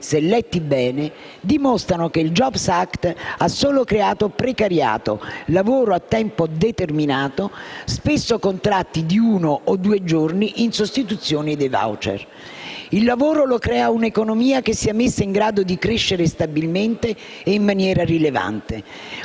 se letti bene, dimostrano che il *jobs act* ha solo creato precariato, lavoro a tempo determinato, spesso contratti di uno o due giorni in sostituzione dei *voucher*. Il lavoro lo crea una economia che sia messa in grado di crescere stabilmente e in maniera rilevante.